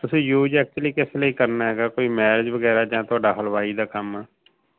ਤੁਸੀਂ use actually ਕਿਸ ਲਈ ਕਰਨਾ ਹੈਗਾ ਕੋਈ ਮੈਰਜ ਵਗੈਰਾ ਜਾਂ ਤੁਹਾਡਾ ਹਲਵਾਈ ਦਾ ਕੰਮ ਆ